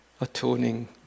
atoning